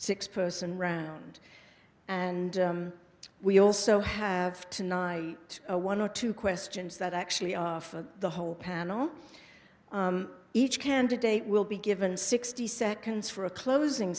six person round and we also have to ny a one or two questions that actually are for the whole panel each candidate will be given sixty seconds for a closing